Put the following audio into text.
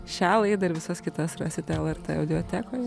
šią laidą ir visas kitas rasite lrt audiotekoje